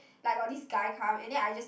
like got this guy come and then I just